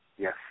Yes